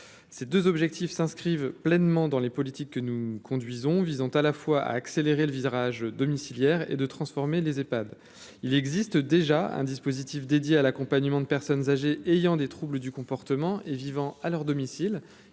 ces 2 objectifs s'inscrivent pleinement dans les politiques que nous conduisons visant à la fois accélérer le virage domiciliaires et de transformer les Epad il existe déjà un dispositif dédié à l'accompagnement de personnes âgées ayant des troubles du comportement et vivant à leur domicile,